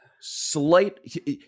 slight